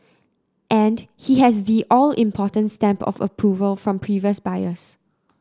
and he has the all important stamp of approval from previous buyers